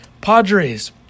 padres